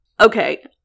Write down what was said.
Okay